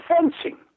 fencing